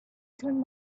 turn